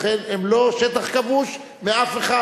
לכן הם לא שטח כבוש מאף אחד.